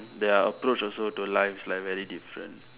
their approach also to life like very different